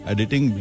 Editing